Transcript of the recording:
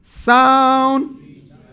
Sound